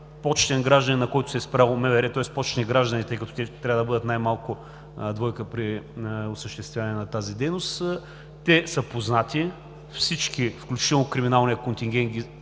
почтен гражданин, на който се е спряло МВР, тоест почтени граждани, тъй като те трябва да бъдат най-малко двойка при осъществяване на тази дейност, те са познати, всички, включително и криминалният контингент